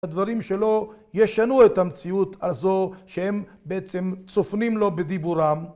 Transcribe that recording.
הדברים שלא ישנו את המציאות הזו שהם בעצם צופנים לו בדיבורם.